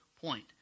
point